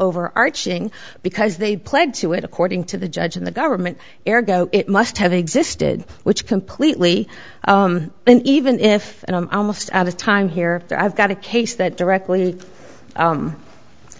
overarching because they pled to it according to the judge in the government air go it must have existed which completely and even if and i'm almost out of time here i've got a case that directly